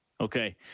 okay